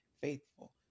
faithful